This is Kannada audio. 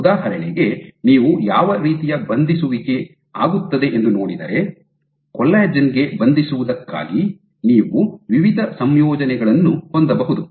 ಉದಾಹರಣೆಗೆ ನೀವು ಯಾವ ರೀತಿಯ ಬಂಧಿಸುವಿಕೆ ಆಗುತ್ತದೆ ಎಂದು ನೋಡಿದರೆ ಕೊಲ್ಲಾಜೆನ್ ಗೆ ಬಂಧಿಸುವುದಕ್ಕಾಗಿ ನೀವು ವಿವಿಧ ಸಂಯೋಜನೆಗಳನ್ನು ಹೊಂದಬಹುದು